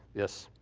yes.